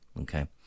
Okay